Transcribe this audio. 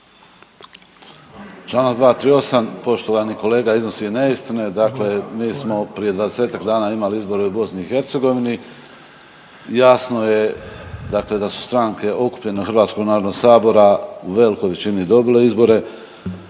Čl. 238. poštovani kolega iznosi neistine, dakle mi smo prije 20-ak dana imali izbore u BiH, jasno je da su stranke okupljene u Hrvatskog narodnog sabora u velikoj većini dobile izbore